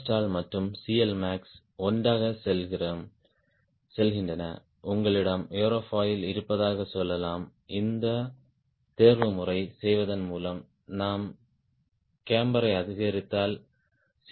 stall மற்றும் CLmax ஒன்றாகச் செல்கின்றன உங்களிடம் ஏரோஃபைல் இருப்பதாகச் சொல்லலாம் இந்த தேர்வுமுறை செய்வதன் மூலம் நான் கேம்பரை அதிகரித்தால் சி